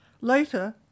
Later